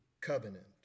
covenant